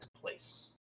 place